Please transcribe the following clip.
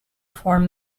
form